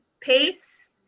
pace